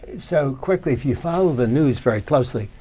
so quickly, if you follow the news very closely,